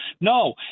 No